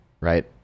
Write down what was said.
right